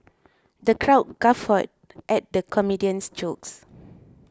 the crowd guffawed at the comedian's jokes